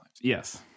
Yes